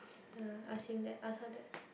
yeah ask him that ask her that